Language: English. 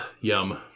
Yum